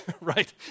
Right